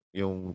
yung